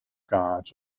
guards